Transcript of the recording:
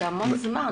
זה המון זמן.